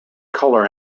colour